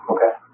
Okay